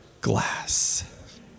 Glass